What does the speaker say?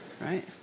right